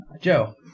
Joe